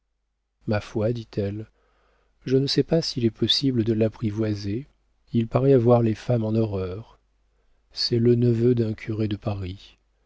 ma foi dit-elle je ne sais pas s'il est possible de l'apprivoiser il paraît avoir les femmes en horreur c'est le neveu d'un curé de paris